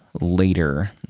later